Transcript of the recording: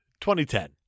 2010